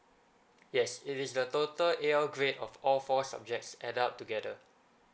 yes it is the total A_L grade of all four subjects add up together